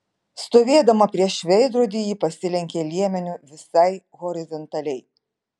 stovėdama prieš veidrodį ji pasilenkė liemeniu visai horizontaliai